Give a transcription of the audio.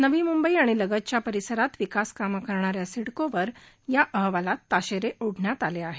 नवी मुंबई आणि लगतच्या परिसरात विकास काम करणाऱ्या सिडकोवर या अहवालात ताशेरे ओडण्यात आले आहे